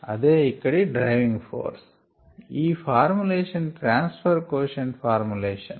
అదే ఇక్కడ driving force ఈ formulation transfer quotient formulation